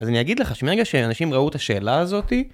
אז אני אגיד לך, שמרע שאנשים ראו את השאלה הזאת...